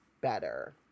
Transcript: better